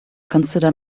consider